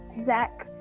Zach